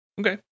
Okay